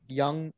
young